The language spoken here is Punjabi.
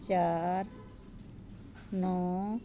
ਚਾਰ ਨੌ